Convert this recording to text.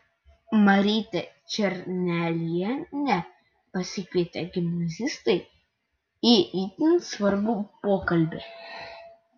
marytę černelienę pasikvietė gimnazistai į itin svarbų pokalbį